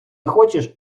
хочеш